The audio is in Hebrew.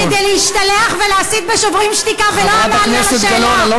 כדי להשתלח ולהסית נגד "שוברים שתיקה" ולא ענה על השאלה.